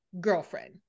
girlfriend